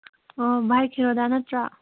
ꯑꯥ ꯚꯥꯏ ꯈꯦꯔꯣꯗ ꯅꯠꯇ꯭ꯔꯥ